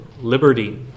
liberty